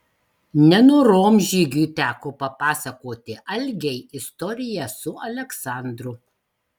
nenorom žygiui teko papasakoti algei istoriją su aleksandru